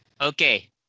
Okay